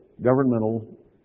governmental